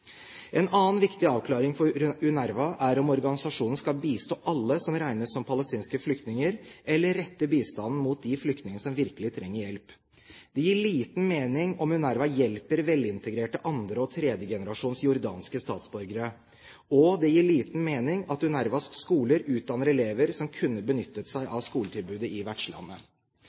En annen viktig avklaring for UNRWA er om organisasjonen skal bistå alle som regnes som palestinske flyktninger, eller om den skal rette bistanden mot de flyktningene som virkelig trenger hjelp. Det gir liten mening om UNRWA hjelper velintegrerte andre- og tredjegenerasjons jordanske statsborgere. Og det gir liten mening at UNRWAs skoler utdanner elever som kunne benyttet seg av skoletilbudet i vertslandet.